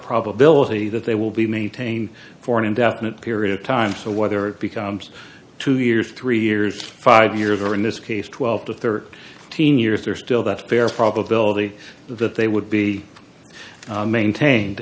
probability that they will be maintained for an indefinite period of time so whether it becomes two years three years five years or in this case twelve to thirty thousand years there's still that fair probability that they would be maintained